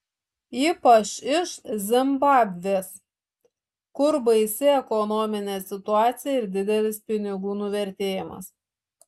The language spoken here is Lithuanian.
ypač iš zimbabvės kur baisi ekonominė situacija didelis pinigų nuvertėjimas